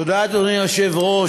תודה, אדוני היושב-ראש.